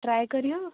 try କରିହେବ